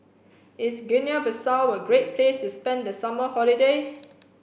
is Guinea Bissau a great place to spend the summer holiday